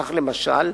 כך, למשל,